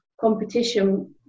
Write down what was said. competition